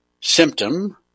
symptom